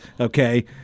Okay